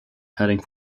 heading